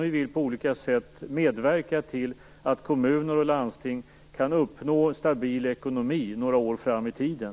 Vi vill på olika sätt medverka till att kommuner och landsting kan uppnå en stabil ekonomi några år fram i tiden.